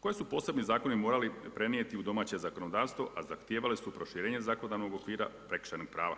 koji su posebni zakoni morali prenijeti u domaće zakonodavstvo a zahtijevale su proširenje zakonodavnog okvira prekršajnog prava.